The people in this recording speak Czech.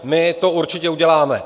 My to určitě uděláme.